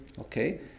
Okay